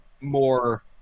more